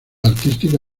artística